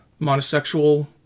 monosexual